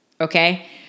okay